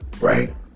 Right